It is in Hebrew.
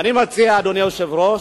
אני מציע, אדוני היושב-ראש,